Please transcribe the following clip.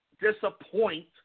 disappoint